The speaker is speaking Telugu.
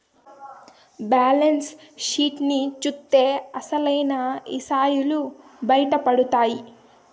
బ్యాలెన్స్ షీట్ ని చూత్తే అసలైన ఇసయాలు బయటపడతాయి